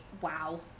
Wow